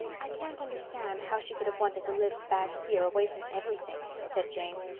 i can't understand how she could have wanted to live back here, away from everything, said jane.